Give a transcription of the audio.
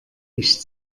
ich